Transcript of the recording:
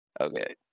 Okay